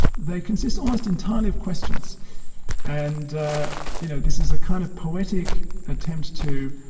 they consist almost entirely of questions and you know this is a kind of poetic attempt to,